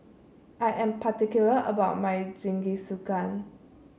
I am particular about my Jingisukan